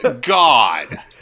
god